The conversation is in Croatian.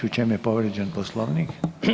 U čemu je povrijeđen Poslovnik?